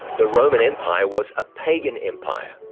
the roman empire was a pagan empire,